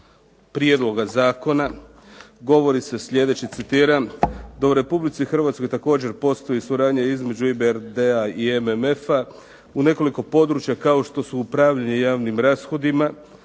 prijedloga zakona govori se sljedeće, citiram: "da u Republici Hrvatskoj također postoji suradnja između IBRD-a i MMF-a u nekoliko područja kao što su upravljanje javnim rashodima,